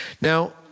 Now